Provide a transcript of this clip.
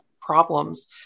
problems